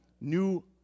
New